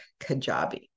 Kajabi